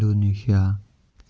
Indonesia